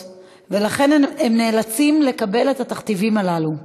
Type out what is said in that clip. ולכן הם נאלצים לקבל את התכתיבים הללו.